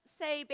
say